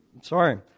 Sorry